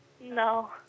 no